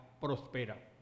prospera